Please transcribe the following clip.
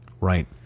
right